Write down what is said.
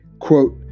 Quote